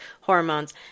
hormones